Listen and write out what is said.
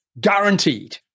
guaranteed